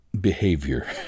behavior